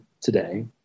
today